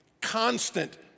constant